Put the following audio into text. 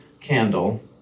candle